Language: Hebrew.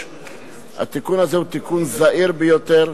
התיקון הזה הוא תיקון זעיר ביותר.